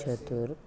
चतुरः